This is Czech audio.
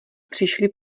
přišli